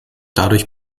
dadurch